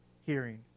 hearing